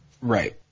Right